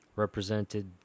Represented